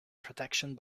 protection